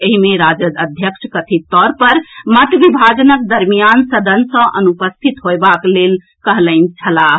एहि मे राजद अध्यक्ष कथित तौर पर मत विभाजनक दरमियान सदन सँ अनुपस्थित होयबाक लेल कहलनि छलाह